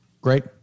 Great